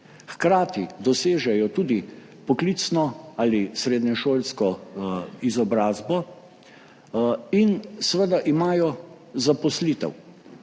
hkrati dosežejo tudi poklicno ali srednješolsko izobrazbo in seveda imajo zaposlitev.